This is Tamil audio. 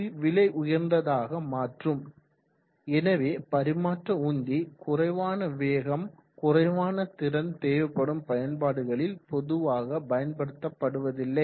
இது விலை உயர்ந்ததாக மாற்றும் எனவே பரிமாற்ற உந்தி குறைவான வேகம் குறைவான திறன் தேவைப்படும் பயன்பாடுகளில் பொதுவாக பயன்படுத்தப்படுவதில்லை